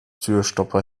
türstopper